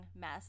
mess